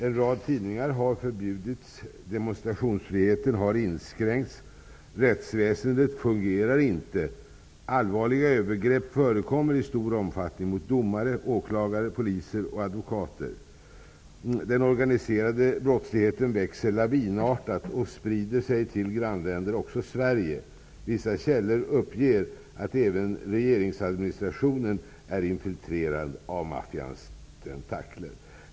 En rad tidningar har förbjudits, demonstrationsfriheten har inskränkts, rättsväsendet fungerar inte och allvarliga övergrepp förekommer i stor omfattning mot domare, åklagare, poliser och advokater. Den organiserade brottsligheten växer lavinartat och sprider sig till grannländer, även till Sverige. Vissa källor uppger att även regeringsadministrationen är infiltrerad av maffians tentakler.